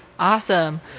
Awesome